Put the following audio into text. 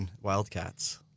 Wildcats